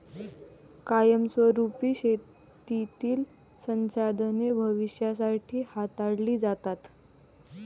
कायमस्वरुपी शेतीतील संसाधने भविष्यासाठी हाताळली जातात